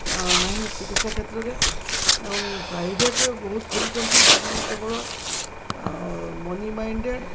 ନାହିଁ ଚିକିତ୍ସା କ୍ଷେତ୍ରରେ ଏବଂ ପ୍ରାଇଭେଟ୍ରେ ବହୁତ ଖୋଲିଛନ୍ତି ସେମାନେ କେବଳ ମନି ମାଇଣ୍ଡେଡ଼୍